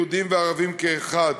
יהודיים וערביים כאחד.